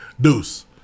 Deuce